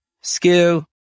skill